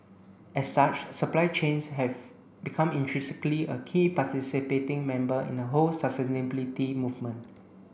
as such supply chains have become intrinsically a key participating member in the whole sustainability movement